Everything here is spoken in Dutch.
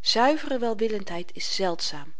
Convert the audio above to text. zuivere welwillendheid is zeldzaam